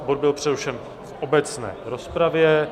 Bod byl přerušen v obecné rozpravě.